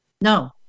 no